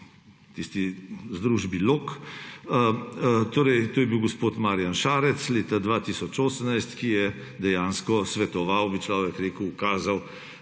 tisti združbi – Lok. To je bil gospod Marjana Šarec leta 2018, ki je dejansko svetoval, bi človek rekel, ukazal